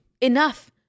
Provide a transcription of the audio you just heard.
enough